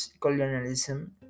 colonialism